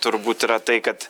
turbūt yra tai kad